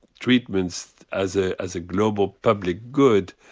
treatments as ah as a global public good,